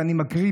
ואני מקריא,